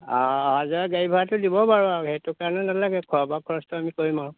অঁ আহা যোৱা গাড়ী ভাড়াটো দিব বাৰু সেইটো কাৰণে নালাগে খোৱা বোৱা খৰচটো আমি কৰিম আৰু